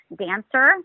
Dancer